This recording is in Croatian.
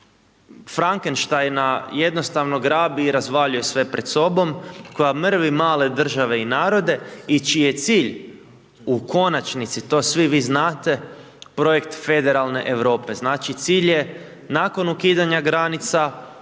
Frankenštajna jednostavno grabi i razvaljuje sve pred sobom, koja mrvi male države i narode i čiji je cilj u konačnici, to svi vi znate, projekt Federalne Europe, znači, cilj je nakon ukidanja granica,